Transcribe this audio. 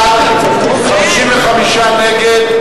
נגד,